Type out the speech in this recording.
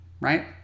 right